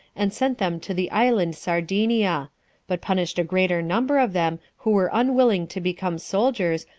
and sent them to the island sardinia but punished a greater number of them, who were unwilling to become soldiers,